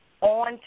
on